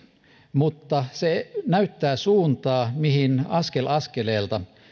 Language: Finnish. mutta se näyttää suuntaa mihin meidän askel askeleelta